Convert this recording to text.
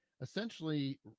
essentially